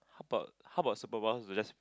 but how about superpowers to just